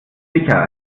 sicher